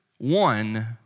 One